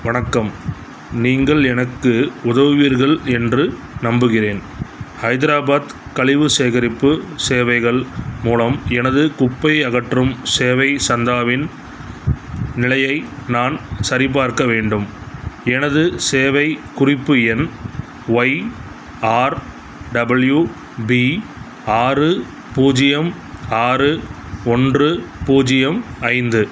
வணக்கம் நீங்கள் எனக்கு உதவுவீர்கள் என்று நம்புகிறேன் ஹைத்ராபாத் கழிவு சேகரிப்பு சேவைகள் மூலம் எனது குப்பை அகற்றும் சேவை சந்தாவின் நிலையை நான் சரிபார்க்க வேண்டும் எனது சேவை குறிப்பு எண் ஒய்ஆர்டபிள்யூபி ஆறு பூஜ்ஜியம் ஆறு ஒன்று பூஜ்ஜியம் ஐந்து